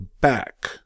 back